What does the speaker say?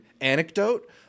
anecdote